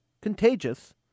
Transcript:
contagious